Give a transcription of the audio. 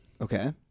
Okay